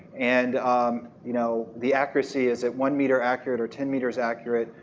and um you know the accuracy, is it one meter accurate or ten meters accurate?